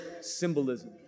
symbolism